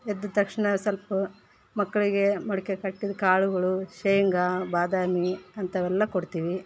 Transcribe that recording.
ಎದ್ದ ತಕ್ಷಣ ಸ್ವಲ್ಪ ಮಕ್ಳಿಗೆ ಮೊಳ್ಕೆ ಕಟ್ಟಿದ ಕಾಳುಗಳು ಶೇಂಗ ಬಾದಾಮಿ ಅಂಥವೆಲ್ಲ ಕೊಡ್ತೀವಿ